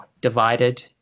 divided